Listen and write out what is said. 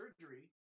surgery